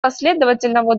последовательного